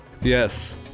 Yes